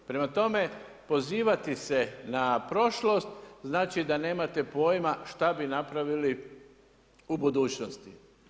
Prema tome, pozivati se na prošlost znači da nemate pojma šta bi napravili u budućnosti.